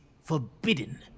forbidden